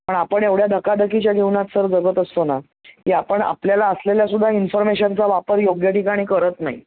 पण आपण एवढ्या धकाधकीच्या जीवनात सर जगत असतो ना की आपण आपल्याला असलेल्या सुद्धा इन्फर्मेशनचा वापर योग्य ठिकाणी करत नाही